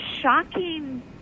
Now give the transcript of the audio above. shocking